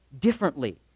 differently